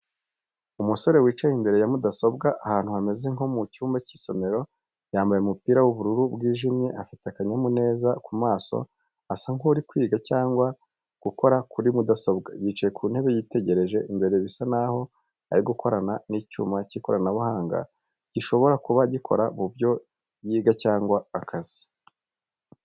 Umusore wicaye imbere ya mudasobwa ahantu hameze nko mu cyumba cy’isomero. Yambaye umupira w'ubururu bwijimye afite akanyamuneza ku maso asa nk’uri kwiga cyangwa gukora kuri mudasobwa. Yicaye ku ntebe yitegereje imbere bisa naho ari gukorana n’icyuma cy'ikoranabuhanga gishobora kuba gikora ku byo yiga cyangwa akazi.